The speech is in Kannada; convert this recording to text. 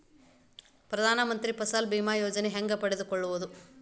ಪ್ರಧಾನ ಮಂತ್ರಿ ಫಸಲ್ ಭೇಮಾ ಯೋಜನೆ ಹೆಂಗೆ ಪಡೆದುಕೊಳ್ಳುವುದು?